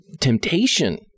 temptation